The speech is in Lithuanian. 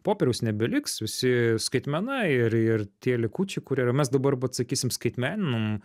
popieriaus nebeliks visi skaitmena ir ir tie likučiai kurie ir mes dabar vat sakysim skaitmeninam